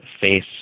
face